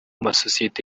masosiyete